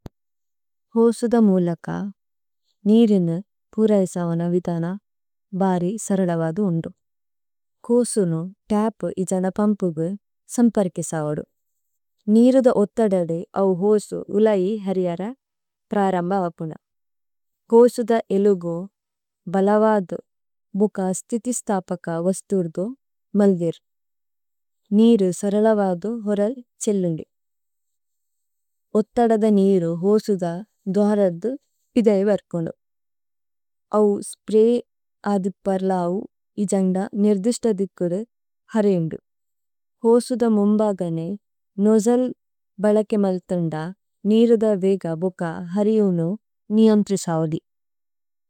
ഹോഉസുധ മോഉല ക, നിരിനു പുരൈസവന വിദന ബരി സരലവദു ഓന്ദോ। ഹോഉസുനു തപു ഇജന പമ്പുഗു സമ്പര് കിസവദു। നിരുധ ഓത്ഥദദേ അവ് ഹോഉസു ഉലയി ഹരിയര പ്രരമ്ബവപുന। ഹോഉസുധ ഏലു ഗോ ബലവദു ബുക സ്തിതി സ്തപക്ക വസ് തുര്ദോ മല്ഗിര്। നിരു സരലവദു ഹോരല് ചേല്ലുന്ദി। ഓത്ഥദദ നിരു, ഹോഉസുധ, ദോഹരദ്ദു ഇദൈ വര്കുനു। അവ് സ്പ്രയ് അദു പര്ലൌ ഇജന നിരുദിസ്തദികുര് ഹരിയുദു। ഹോഉസുധ മുമ്ബഗ നേ നോജല് ബലകേമല്തന്ദ നിരുധ വേഗ ബുക ഹരിയുനു നിയന്ത്രി സവലി।